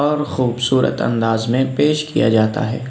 اور خوبصورت انداز میں پیش کیا جاتا ہے